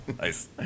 Nice